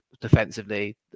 defensively